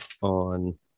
on